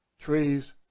trees